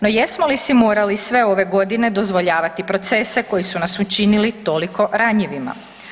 No jesmo li si morali sve ove godine dozvoljavati procese koji su nas učinili toliko ranjivima?